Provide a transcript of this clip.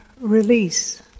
release